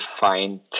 find